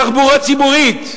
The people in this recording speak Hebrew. תחבורה ציבורית,